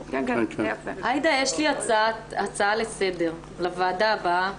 עאידה, יש לי הצעה לסדר לוועדה הבאה.